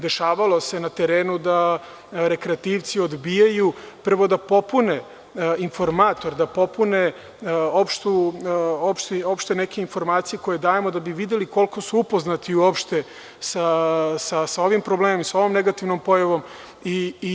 Dešavalo se na terenu da rekreativci odbijaju, prvo, da popune informator, da popune neke opšte informacije koje dajemo da bi videli koliko su uopšte upoznati sa ovim problemom, sa ovom negativnom pojavom.